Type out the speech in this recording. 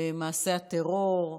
במעשי הטרור,